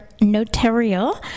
notarial